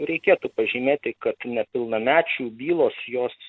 reikėtų pažymėti kad nepilnamečių bylos jos